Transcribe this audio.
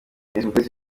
umutesi